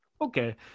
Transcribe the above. Okay